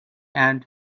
and